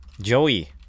Joey